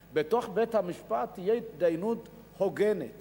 בית-המשפט, בתוך בית-המשפט תהיה התדיינות הוגנת